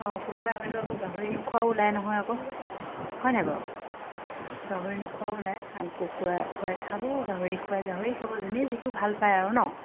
অঁ কোনোবা হয়তো আকৌ গাহৰি নোখোৱাও ওলাই নহয় আকৌ হয় নাই বাৰু গাহৰি নোখোৱাও ওলায় আৰু কুকুৰা খোৱাই খাব গাহৰি খোৱাই গাহৰি খাব যোনে যিটো ভাল পায় আৰু ন